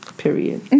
Period